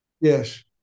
Yes